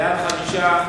בעד, 5,